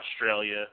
Australia